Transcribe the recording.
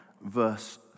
verse